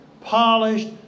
polished